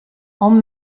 hom